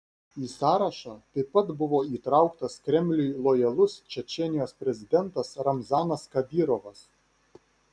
į sąrašą taip pat buvo įtrauktas kremliui lojalus čečėnijos prezidentas ramzanas kadyrovas